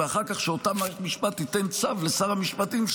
ואחר כך שאותה מערכת משפט תיתן צו לשר המשפטים,